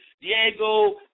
Diego